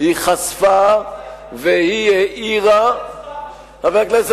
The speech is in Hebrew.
היא חשפה והיא האירה, אם תרצו הפאשיזם ינצח.